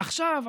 עכשיו,